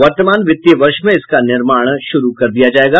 वर्तमान वित्तीय वर्ष में इसका निर्माण शुरू कर दिया जायेगा